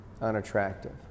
unattractive